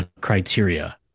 criteria